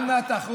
הבנתי.